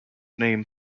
name